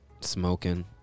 smoking